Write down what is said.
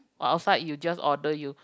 or outside you just order you